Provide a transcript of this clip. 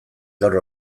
gaur